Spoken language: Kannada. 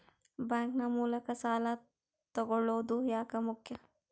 ಬ್ಯಾಂಕ್ ನ ಮೂಲಕ ಸಾಲ ತಗೊಳ್ಳೋದು ಯಾಕ ಮುಖ್ಯ?